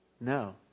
No